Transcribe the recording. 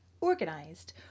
organized